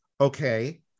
Okay